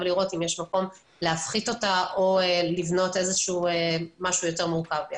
ולראות אם יש מקום להפחית אותה או לבנות משהו יותר מורכב.